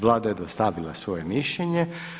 Vlada je dostavila svoje mišljenje.